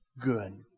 good